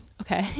Okay